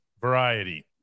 variety